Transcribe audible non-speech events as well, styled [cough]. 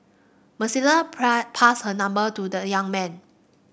Melissa [unintelligible] passed her number to the young man